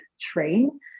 train